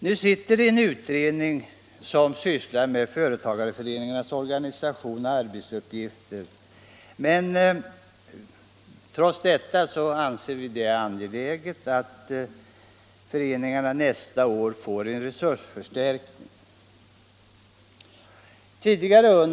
Nu pågår en utredning som sysslar med företagareföreningarnas organisation och arbetsuppgifter, men trots detta anser vi det angeläget att föreningarna nästa år får en resursförstärkning.